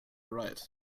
right